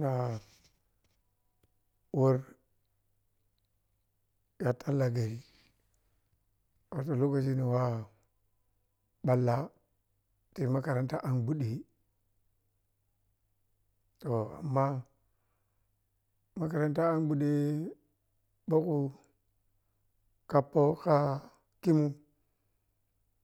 na wur ya talla gari wato lokaci m waw ɓalla tayi makaranta an gwaɗɗei to amma makaranta an gnuɗɗe ɓokkhu khoppo kha khimum.